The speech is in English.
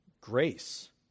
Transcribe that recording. grace